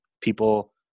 people